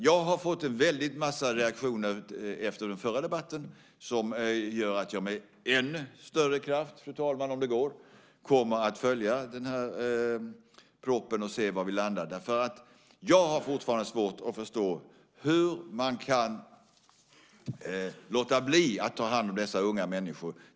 Jag har fått en väldig massa reaktioner efter den förra debatten som gör att jag med ännu större kraft, fru talman, om det går, kommer att följa den här propositionen och se var vi landar. Jag har fortfarande svårt att förstå hur man kan låta bli att ta hand om dessa unga människor.